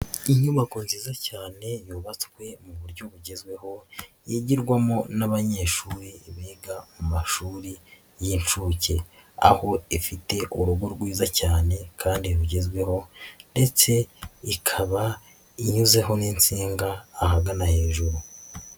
Inyubako nziza cyane yubatswe mu buryo bugezweho yigirwamo n'abanyeshuri biga mu mashuri y'inshuke aho ifite urugo rwiza cyane kandi rugezweho ndetse ikaba inyuzeho n'inshinga ahagana hejuru.